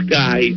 guy